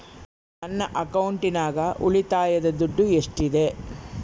ನನ್ನ ಅಕೌಂಟಿನಾಗ ಉಳಿತಾಯದ ದುಡ್ಡು ಎಷ್ಟಿದೆ?